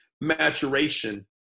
maturation